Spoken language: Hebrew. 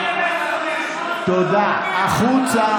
החוצה.